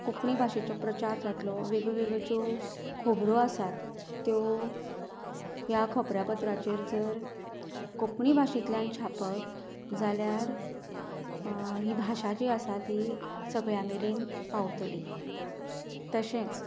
कोंकणी भाशेचो प्रचार जातलो वेगळ्यो वेगळ्यो ज्यो खबरो आसा त्यो ह्या खबरापत्राचेर जर कोंकणी भाशेंतल्यान जर छापत जाल्यार ही भाशा जी आसा ती सगळ्यां मेरेन पावतली तशेंच